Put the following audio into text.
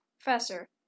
professor